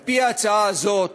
על-פי ההצעה הזאת,